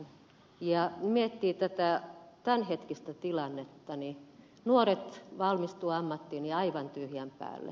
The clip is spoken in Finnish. kun miettii tätä tämänhetkistä tilannetta niin nuoret valmistuvat ammattiin aivan tyhjän päälle